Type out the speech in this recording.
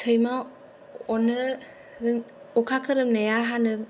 सैमा अरनो अखा खोरोमनाया हानो